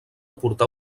portar